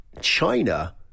China